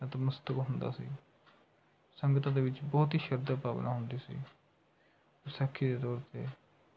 ਨਤਮਸਤਕ ਹੁੰਦਾ ਸੀ ਸੰਗਤ ਦੇ ਵਿੱਚ ਬਹੁਤ ਹੀ ਸ਼ਰਧਾ ਭਾਵਨਾ ਹੁੰਦੀ ਸੀ ਵਿਸਾਖੀ ਦੇ ਦੌਰ 'ਤੇ